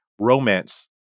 romance